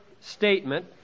statement